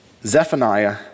Zephaniah